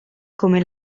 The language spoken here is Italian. come